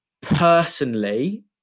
personally